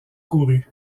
couru